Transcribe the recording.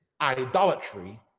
idolatry